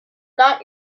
not